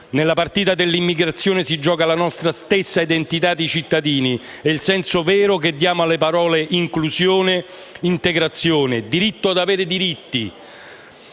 Nella partita dell'immigrazione si gioca la nostra stessa identità di cittadini e il senso vero che diamo alle parole: inclusione, integrazione, diritto ad avere diritti.